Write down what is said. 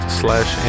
slash